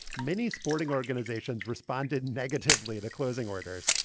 many sporting organizations responded negatively to closing orders.